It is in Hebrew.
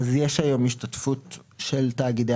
אז יש היום השתתפות של תאגידי